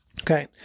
okay